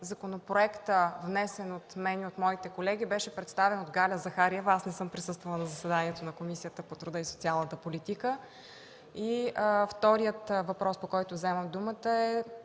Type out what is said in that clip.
Законопроектът, внесен от мен и моите колеги, беше представен от Галя Захариева. Аз не съм присъствала на заседанието на Комисията по труда и социалната политика. Вторият въпрос, по който вземам думата, е